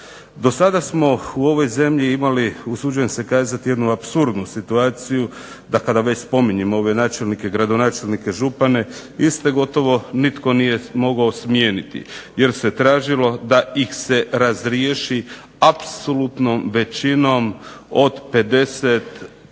Do sada smo u ovoj zemlji imali usuđujem se kazati jednu apsurdnu situaciju, da kada već spominjem ove gradonačelnike, gradonačelnike, župne iste gotovo nitko nije mogao smijeniti jer se tražilo da ih se razriješi apsolutnom većinom od 50%